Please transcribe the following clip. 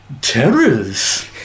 Terrors